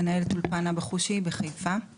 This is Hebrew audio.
מנהלת אולפן אבא חושי בחיפה,